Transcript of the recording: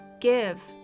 Give